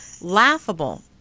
laughable